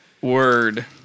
Word